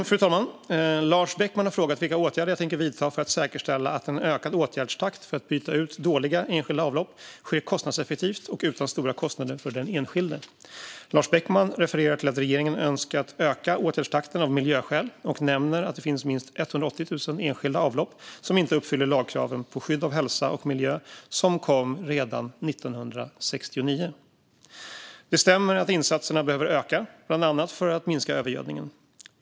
Fru talman! Lars Beckman har frågat vilka åtgärder jag tänker vidta för att säkerställa att en ökad åtgärdstakt för att byta ut dåliga enskilda avlopp sker kostnadseffektivt och utan stora kostnader för den enskilde. Lars Beckman refererar till att regeringen önskar öka åtgärdstakten av miljöskäl och nämner att det finns minst 180 000 enskilda avlopp som inte uppfyller lagkraven på skydd av hälsa och miljö som kom redan 1969. Det stämmer att insatserna behöver öka, bland annat för att minska övergödningen.